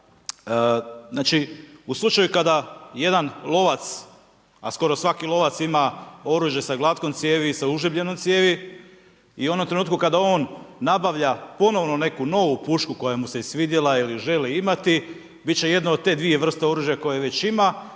u slučaju kada jedan lovac, a skoro svaki lovac ima oružje sa glatkom cijevi i sa užljebljenom cijevi i u onom trenutku kada on nabavlja ponovno neku novu pušku koja mu se svidjela ili ju želi imati bit će jedna od te dvije oružja koje već ima,